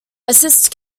assist